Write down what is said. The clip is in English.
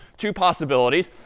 two possibilities.